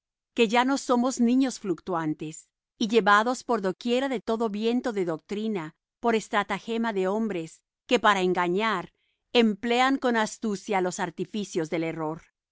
que ya no seamos niños fluctuantes y llevados por doquiera de todo viento de doctrina por estratagema de hombres que para engañar emplean con astucia los artificios del error